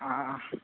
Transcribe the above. आं